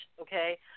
okay